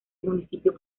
municipio